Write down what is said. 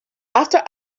after